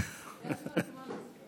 אין צורך באישור ההודעות, זאת רק ההודעה.